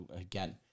Again